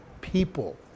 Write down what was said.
people